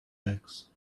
legs